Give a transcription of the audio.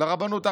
לרבנות הראשית.